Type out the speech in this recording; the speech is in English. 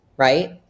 right